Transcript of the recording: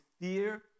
fear